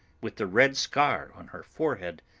with the red scar on her forehead,